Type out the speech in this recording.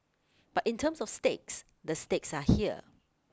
but in terms of stakes the stakes are here